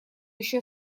еще